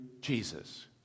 Jesus